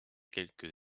quelques